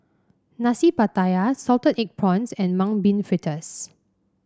Nasi Pattaya Salted Egg Prawns and Mung Bean Fritters